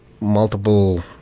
multiple